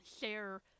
share